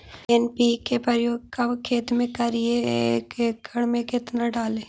NPK प्रयोग कब खेत मे करि एक एकड़ मे कितना डाली?